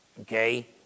okay